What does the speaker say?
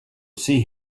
see